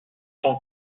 tant